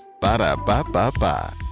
Ba-da-ba-ba-ba